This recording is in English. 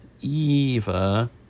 Eva